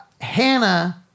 Hannah